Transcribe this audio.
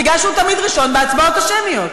כי הוא תמיד ראשון בהצבעות השמיות.